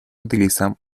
utilizan